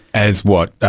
as, what,